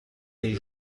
des